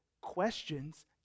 questions